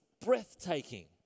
breathtaking